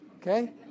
Okay